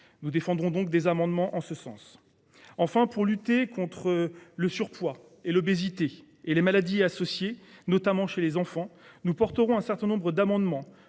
Nous défendrons des amendements en ce sens. Enfin, pour lutter contre le surpoids, l’obésité et les maladies associées, notamment chez les enfants, nous porterons un certain nombre d’amendements